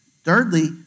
Thirdly